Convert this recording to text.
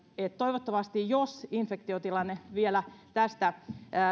että toivottavasti jos infektiotilanne vielä tästä